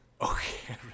Okay